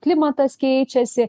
klimatas keičiasi